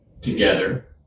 together